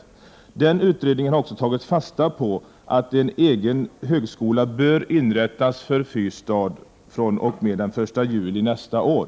I den utredningen har man tagit fasta på att en egen högskola bör inrättas för Fyrstad fr.o.m. den 1 juli nästa år.